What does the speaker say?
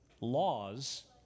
Laws